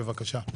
בבקשה.